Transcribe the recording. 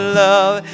love